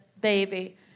baby